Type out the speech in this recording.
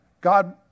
God